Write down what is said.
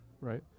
right